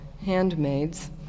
handmaids